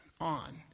on